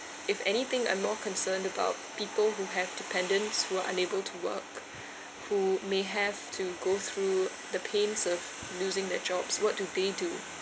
if anything I'm more concerned about people who have dependence who are unable to work who may have to go through the pains of losing their jobs what do they do